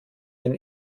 den